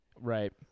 right